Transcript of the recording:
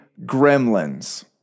gremlins